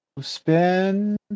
spend